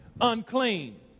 unclean